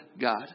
God